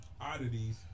Oddities